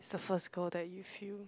the first girl that you feel